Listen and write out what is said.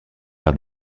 par